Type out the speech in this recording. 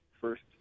first-